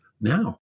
now